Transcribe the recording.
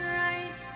right